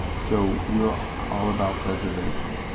so we're all about preservation.